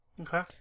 Okay